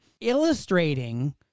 illustrating